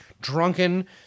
drunken